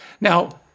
Now